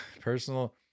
personal